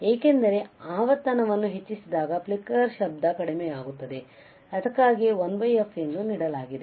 ಏಕೆಂದರೆ ಆವರ್ತನವನ್ನು ಹೆಚ್ಚಿಸಿದಾಗ ಫ್ಲಿಕ್ಕರ್ ಶಬ್ದ ಕಡಿಮೆಯಾಗುತ್ತದೆಅದಕ್ಕಾಗಿಯೇ 1f ಎಂದು ನೀಡಲಾಗಿದೆ